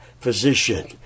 physician